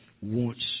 wants